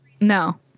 No